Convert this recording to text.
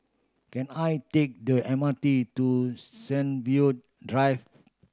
can I take the M R T to Sunview Drive